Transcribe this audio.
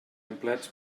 empleats